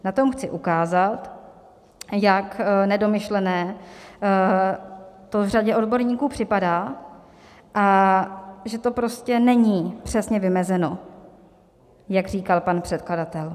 Na tom chci ukázat, jak nedomyšlené to řadě odborníků připadá a že to prostě není přesně vymezeno, jak říkal pan předkladatel.